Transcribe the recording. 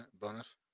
Bonus